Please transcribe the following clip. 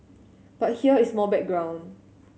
but here is more background